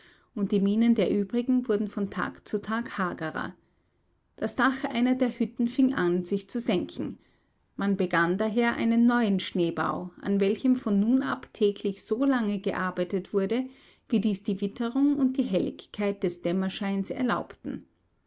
und die mienen der übrigen wurden von tag zu tag hagerer das dach einer der hütten fing an sich zu senken man begann daher einen neuen schneebau an welchem von nun ab täglich so lange gearbeitet wurde wie dies die witterung und die helligkeit des dämmerscheins erlaubten